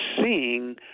seeing